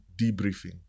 debriefing